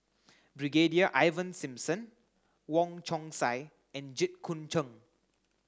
Brigadier Ivan Simson Wong Chong Sai and Jit Koon Ch'ng